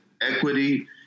equity